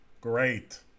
great